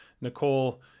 Nicole